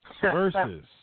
versus